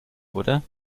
oder